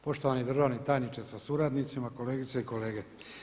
Poštovani državni tajniče sa suradnicima, kolegice i kolege.